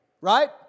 right